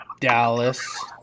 Dallas